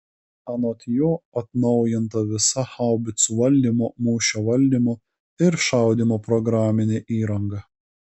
anot jo atnaujinta visa haubicų valdymo mūšio valdymo ir šaudymo programinė įranga